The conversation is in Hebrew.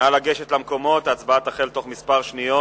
נא לגשת למקומות, ההצבעה תחל תוך כמה שניות.